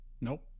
Nope